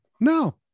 No